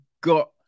got